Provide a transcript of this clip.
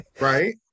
Right